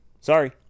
Sorry